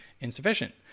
insufficient